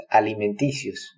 alimenticios